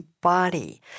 Body